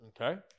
Okay